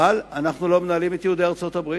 אבל אנחנו לא מנהלים את יהודי ארצות-הברית,